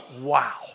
Wow